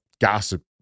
gossip